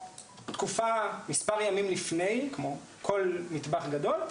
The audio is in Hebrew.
תקופה, מספר ימים לפני כמו כל מטבח גדול.